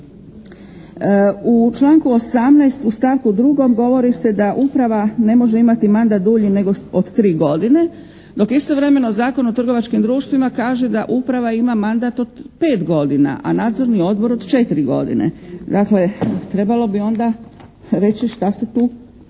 U članku 18. u stavku 2. govori se da uprava ne može imati mandat dulji nego od tri godine dok istovremeno Zakon o trgovačkim društvima kaže da uprava ima mandat od pet godina, a nadzorni odbor od četiri godine. Dakle, trebalo bi onda reći što se tu